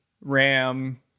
RAM